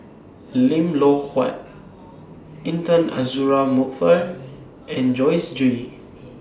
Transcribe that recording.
Lim Loh Huat Intan Azura Mokhtar and Joyce Jue